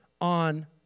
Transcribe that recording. on